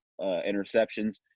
interceptions